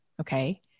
Okay